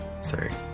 sorry